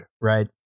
right